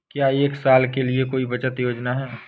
क्या एक साल के लिए कोई बचत योजना है?